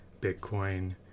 Bitcoin